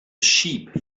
sheep